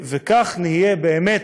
כך נהיה באמת,